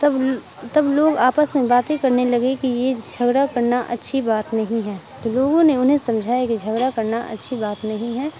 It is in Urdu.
تب تب لوگ آپس میں باتیں کرنے لگے کہ یہ جھگڑا کرنا اچھی بات نہیں ہے تو لوگوں نے انہیں سمجھایا کہ جھگڑا کرنا اچھی بات نہیں ہے